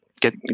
Get